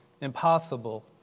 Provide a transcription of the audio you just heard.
impossible